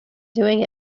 doing